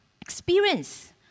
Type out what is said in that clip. experience